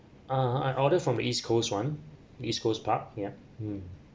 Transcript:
ah I order from east coast [one] east coast park yeah mm